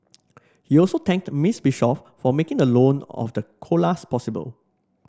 he also thanked Miss Bishop for making the loan of the koalas possible